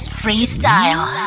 freestyle